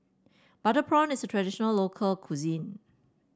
Butter Prawn is a traditional local cuisine